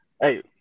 Hey